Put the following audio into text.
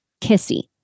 Kissy